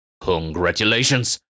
Congratulations